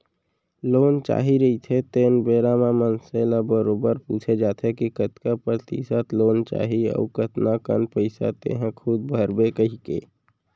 loan चाही रहिथे तेन बेरा म मनसे ल बरोबर पूछे जाथे के कतका परतिसत लोन चाही अउ कतका कन पइसा तेंहा खूद भरबे कहिके